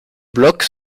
blocs